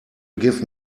give